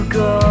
go